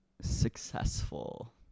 successful